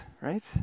right